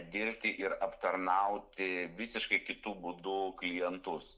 dirbti ir aptarnauti visiškai kitu būdu klientus